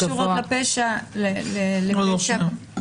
יש עבירות שלא קשורות לפשע או לאלימות.